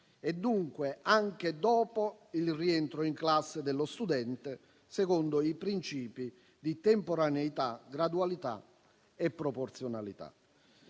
e dunque anche dopo il rientro in classe dello studente, secondo i principi di temporaneità, gradualità e proporzionalità.